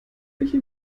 welche